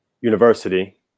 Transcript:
university